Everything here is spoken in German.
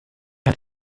hat